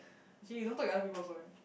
actually you don't talk to other people also eh